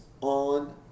on